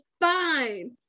fine